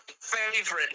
favorite